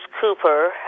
Cooper